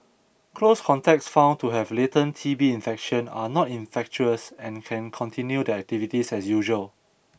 close contacts found to have latent T B infection are not infectious and can continue their activities as usual